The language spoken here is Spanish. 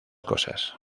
cosas